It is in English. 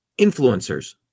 influencers